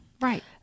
right